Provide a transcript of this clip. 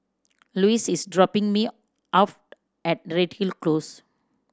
Louise is dropping me off at Redhill Close